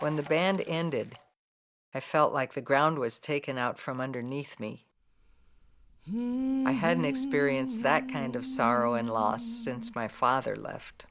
when the band ended i felt like the ground was taken out from underneath me i had an experience that kind of sorrow and loss since my father left